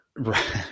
Right